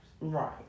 Right